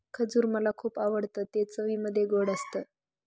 खजूर मला खुप आवडतं ते चवीमध्ये गोड असत